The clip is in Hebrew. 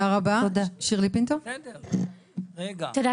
(נושאת דברים בשפת הסימנים,